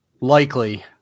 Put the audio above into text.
likely